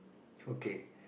okay